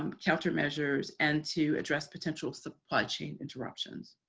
um countermeasures and to address potential supply chain interruptions.